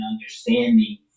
understanding